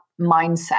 mindset